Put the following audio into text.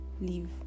leave